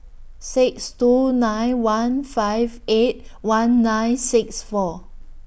six two nine one five eight one nine six four